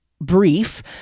brief